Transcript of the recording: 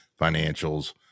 financials